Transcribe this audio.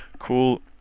Cool